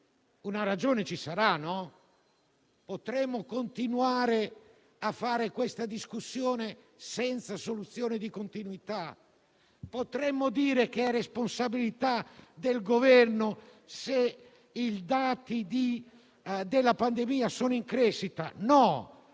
una ragione ci sarà pure. Potremmo continuare a fare questa discussione senza soluzione di continuità. Possiamo dire che è responsabilità del Governo se i dati della pandemia sono in crescita? No: